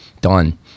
done